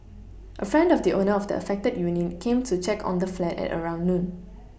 a friend of the owner of the affected unit came to check on the flat at around noon